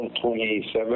27